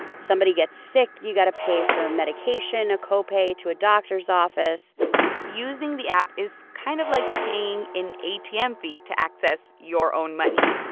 somebody gets sick you got to pay for medication, a copay to a doctor's office using the app is kind of like paying an atm fee to access your own money.